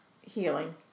healing